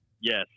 yes